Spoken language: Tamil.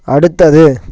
அடுத்தது